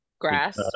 Grass